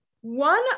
One